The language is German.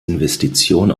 investition